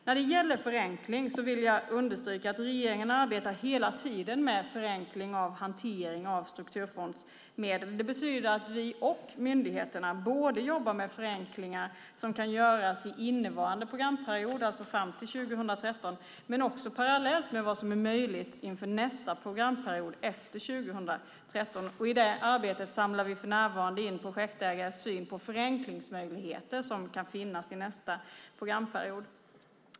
När det gäller förenkling vill jag understryka att regeringen hela tiden arbetar med en förenkling av hanteringen av strukturfondsmedlen. Det betyder att vi och myndigheterna jobbar med förenklingar som kan göras i innevarande programperiod, alltså fram till 2013, och parallellt med vad som är möjligt inför nästa programperiod, efter 2013. I det arbetet samlar vi för närvarande in projektägares syn på förenklingsmöjligheter som kan finnas i nästa programperiod.